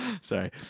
Sorry